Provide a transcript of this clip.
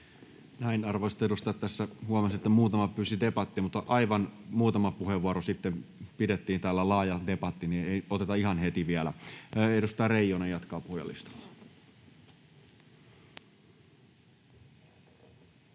Näin. — Arvoisat edustajat, tässä huomasin, että muutama pyysi debattia, mutta kun aivan muutama puheenvuoro sitten täällä pidettiin laaja debatti, niin ei oteta ihan heti vielä. — Edustaja Reijonen jatkaa puhujalistalla.